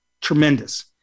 tremendous